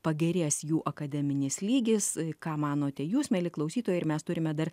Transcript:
pagerės jų akademinis lygis ką manote jūs mieli klausytojai ir mes turime dar